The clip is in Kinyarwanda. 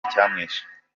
icyamwishe